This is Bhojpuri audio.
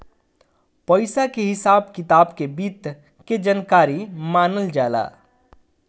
पइसा के हिसाब किताब के वित्त के जानकारी मानल जाला